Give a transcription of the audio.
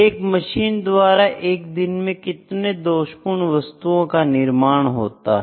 एक मशीन द्वारा 1 दिन में कितने दोषपूर्ण वस्तुओं का निर्माण होता है